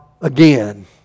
again